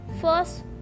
first